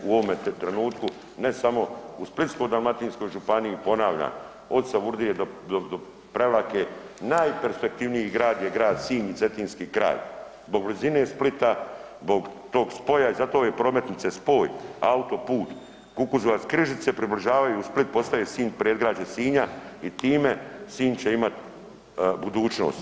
U ovome trenutku ne samo u Splitsko-dalmatinskoj županiji, ponavljam, od Savudrije do, do Prevlake najperspektivniji grad je grad Sinj i Cetinski kraj, zbog blizine Splita, zbog tog spoja i zato ove prometnice spoj autoput Kukuzovac-Križice približavaju Split, postaje Sinj predgrađe Sinja i time Sinj će imati budućnost.